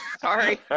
Sorry